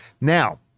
Now